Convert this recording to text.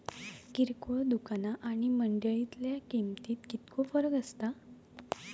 किरकोळ दुकाना आणि मंडळीतल्या किमतीत कितको फरक असता?